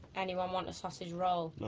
anyone want a sausage roll? no.